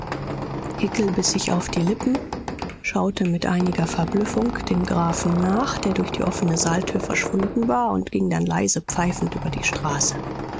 biß sich auf die lippen schaute mit einiger verblüffung dem grafen nach der durch die offene saaltür verschwunden war und ging dann leise pfeifend über die straße